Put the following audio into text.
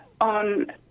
on